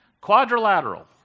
Quadrilateral